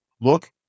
look